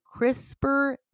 CRISPR